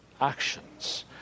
actions